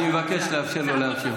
אני מבקש לאפשר לו להמשיך.